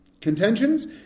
Contentions